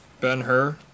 Ben-Hur